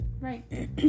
right